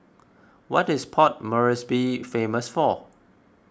what is Port Moresby famous for